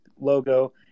logo